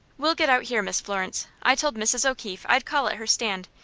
we'll get out here, miss florence. i told mrs. o'keefe i'd call at her stand,